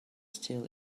still